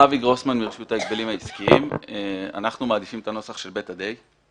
אנחנו מעדיפים את הנוסח של (ב) עד (ה).